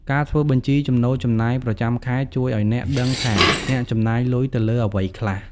ការធ្វើបញ្ជីចំណូល-ចំណាយប្រចាំខែ ជួយឲ្យអ្នកដឹងថាអ្នកចំណាយលុយទៅលើអ្វីខ្លះ។